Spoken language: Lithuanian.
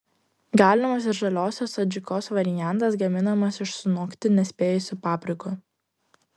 galimas ir žaliosios adžikos variantas gaminamas iš sunokti nespėjusių paprikų